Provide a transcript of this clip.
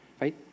right